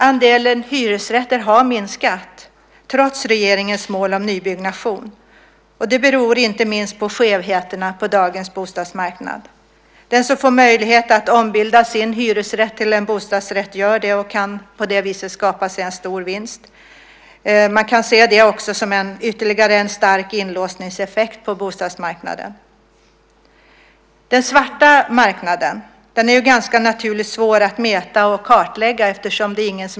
Andelen hyresrätter har minskat, trots regeringens mål om nybyggnation. Det beror inte minst på skevheterna på dagens bostadsmarknad. Den som får möjlighet att ombilda sin hyresrätt till en bostadsrätt gör det och kan på det sättet skapa en stor vinst. Man kan se det som ytterligare en stark inlåsningseffekt på bostadsmarknaden. Den svarta marknaden är ju, ganska naturligt, svår att mäta och kartlägga.